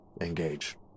Engage